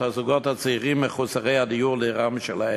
הזוגות הצעירים מחוסרי הדיור לדירה משלהם,